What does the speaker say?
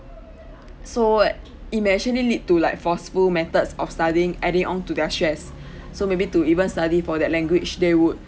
so it may actually lead to like forceful methods of studying adding on to their stress so maybe to even study for that language they would